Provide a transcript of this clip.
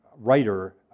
writer